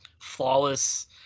flawless